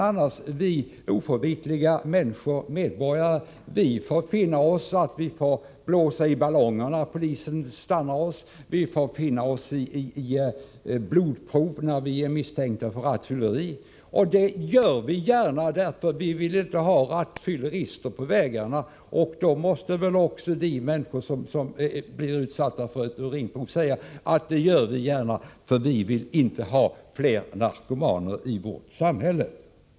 Men vi oförvitliga medborgare får finna oss i att blåsa i ballonger när polisen stannar oss på vägarna. Vi får finna oss i blodprov när vi är misstänkta för rattfylleri. Och det gör vi gärna, därför att vi inte vill ha rattfyllerister på vägarna. Då måste väl också de människor som blir utsatta för urinprov kunna säga att de gärna går med på det, eftersom vi inte vill ha fler narkomaner i vårt samhälle.